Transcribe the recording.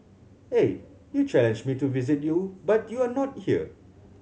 eh you challenged me to visit you but you are not here